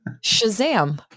Shazam